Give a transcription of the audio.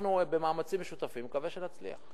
ואנחנו במאמצים משותפים, אני מקווה שנצליח.